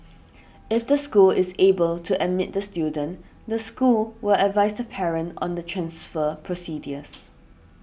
if the school is able to admit the student the school will advise the parent on the transfer procedures